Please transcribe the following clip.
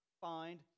find